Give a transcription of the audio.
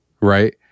right